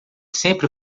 sempre